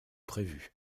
prévu